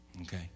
okay